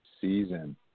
season